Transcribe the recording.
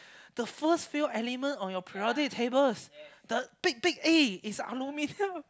the first few element on your periodic tables the big big A is aluminium